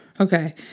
Okay